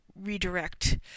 redirect